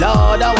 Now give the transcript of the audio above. Lord